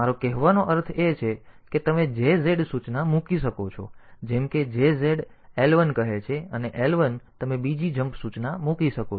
તેથી મારો કહેવાનો અર્થ એ છે કે તમે JZ સૂચના મૂકી શકો છો જેમ કે JZ L1 કહે છે અને L1 તમે બીજી જમ્પ સૂચના મૂકી શકો છો